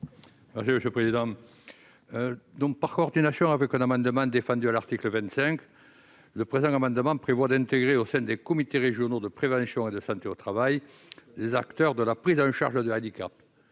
M. Christian Bilhac. Par coordination avec un amendement défendu à l'article 25, le présent amendement vise à intégrer au sein des comités régionaux de prévention et de santé au travail, les acteurs de la prise en charge du handicap.